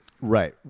Right